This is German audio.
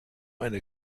eine